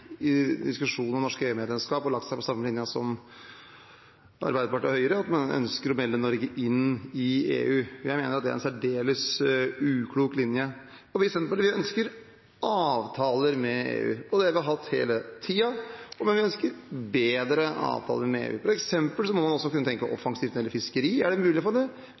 diskusjonen om norsk EU-medlemskap og lagt seg på samme linje som Arbeiderpartiet og Høyre – at man ønsker å melde Norge inn i EU. Jeg mener at det er en særdeles uklok linje. Vi i Senterpartiet ønsker avtaler med EU. Det har vi hatt hele tiden, men vi ønsker bedre avtaler med EU. For eksempel må man også kunne tenke offensivt når det gjelder fiskeri. Er det mulig å få lavere toll? Man må ikke bare tenke at det